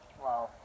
wow